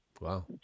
Wow